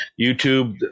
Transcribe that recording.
YouTube